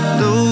no